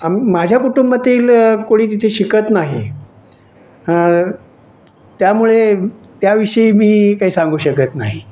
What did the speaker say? माझा कुटूंबातील कोणी तिथे शिकत नाही त्यामुळे त्याविषयी मी काही सांगू शकत नाही